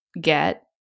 get